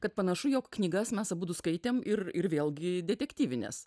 kad panašu jog knygas mes abudu skaitėm ir ir vėlgi detektyvines